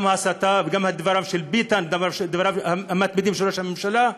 גם הסתה וגם הדברים של ביטן, דברים של ראש הממשלה.